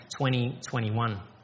2021